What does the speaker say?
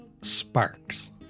sparks